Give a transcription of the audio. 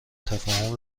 تفاهم